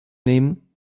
nehmen